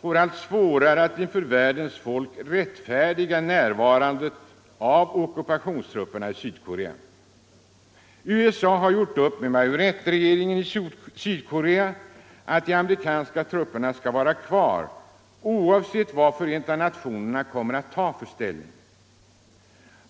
får allt svårare att inför världens folk rättfärdiga närvaron av ockupationstrupperna i Sydkorea. USA har gjort upp med marionettregeringen i Sydkorea att de amerikanska trupperna skall vara kvar, oavsett vad Förenta nationerna kommer att ta för ställning.